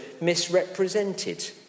misrepresented